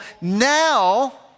now